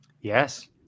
Yes